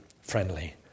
friendly